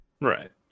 Right